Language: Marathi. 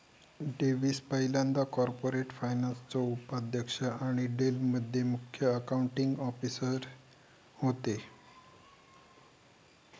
डेव्हिस पयल्यांदा कॉर्पोरेट फायनान्सचो उपाध्यक्ष आणि डेल मध्ये मुख्य अकाउंटींग ऑफिसर होते